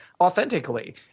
authentically